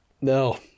No